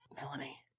Melanie